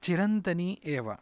चिरन्तनी एव